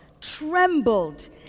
trembled